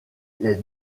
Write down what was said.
les